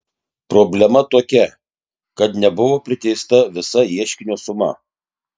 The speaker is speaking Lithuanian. problema tokia kad nebuvo priteista visa ieškinio suma